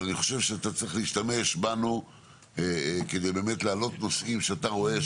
אבל אני חושב שאתה צריך להשתמש בנו כדי להעלות נושאים שאתה רואה,